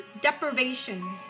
deprivation